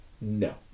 no